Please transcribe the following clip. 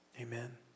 Amen